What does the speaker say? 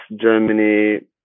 Germany